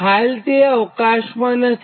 હાલતે અવકાશમાં નથી